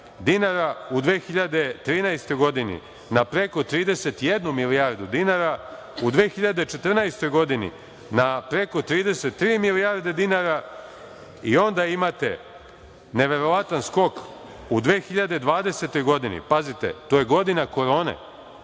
dinara, u 2013. godini na preko 31 milijardu dinara, u 2014. godini na preko 33 milijarde dinara. Onda imate neverovatan skok u 2020. godini, pazite, to je godina korone,